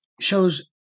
shows